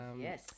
yes